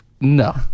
No